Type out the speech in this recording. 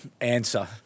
answer